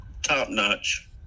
Top-notch